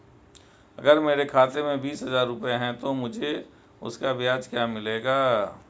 अगर मेरे खाते में बीस हज़ार रुपये हैं तो मुझे उसका ब्याज क्या मिलेगा?